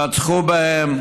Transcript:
רצחו בהם,